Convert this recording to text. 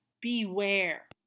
Beware